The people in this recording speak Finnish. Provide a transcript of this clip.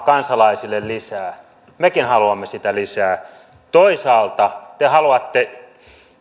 kansalaisille lisää mekin haluamme sitä lisää toisaalta te haluatte